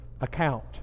account